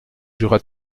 jura